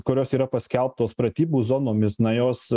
kuriuos yra paskelbtos pratybų zonomis na jos